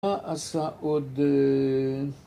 עשה עוד